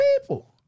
people